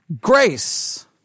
Grace